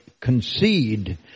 concede